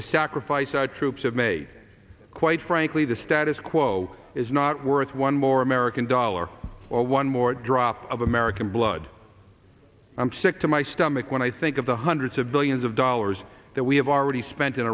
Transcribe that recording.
the sacrifice our troops have made quite frankly the status quo is not worth one more american dollar or one more drop of american blood i'm sick to my stomach when i think of the hundreds of billions of dollars that we have already spent in